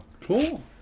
cool